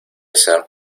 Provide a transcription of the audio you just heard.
ser